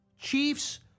Chiefs